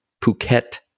Phuket